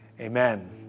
Amen